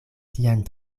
sian